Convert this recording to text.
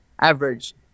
average